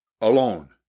alone